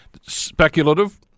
speculative